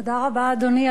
תודה רבה, אדוני.